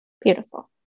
Beautiful